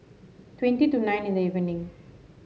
twenty to nine in the evening